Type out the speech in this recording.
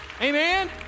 Amen